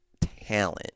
talent